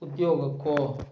ಉದ್ಯೋಗಕ್ಕೂ